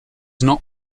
not